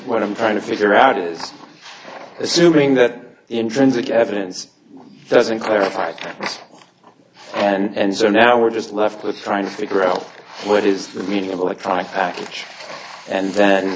what i'm trying to figure out is assuming that intrinsic evidence doesn't clarify and so now we're just left with trying to figure out what is the meaning of electronic package and th